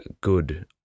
good